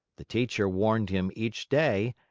the teacher warned him each day,